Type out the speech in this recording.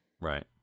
Right